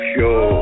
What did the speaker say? Show